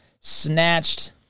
Snatched